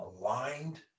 aligned